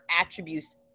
attributes